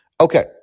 okay